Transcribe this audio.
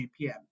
GPM